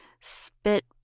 spit